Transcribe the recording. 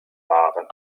waren